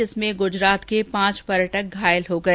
जिसमें गुजरात के पांच पर्यटक घायल हो गए